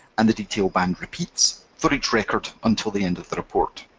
and the detail band repeats for each record until the end of the report.